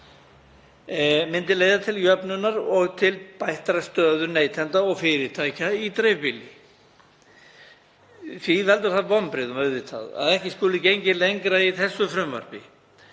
myndu leiða til jöfnunar og til bættrar stöðu neytenda og fyrirtækja í dreifbýli. Því veldur það vonbrigðum að ekki skuli gengið lengra í þessu frumvarpi